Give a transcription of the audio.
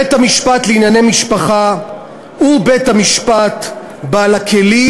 בית-המשפט לענייני משפחה הוא בית-המשפט בעל הכלים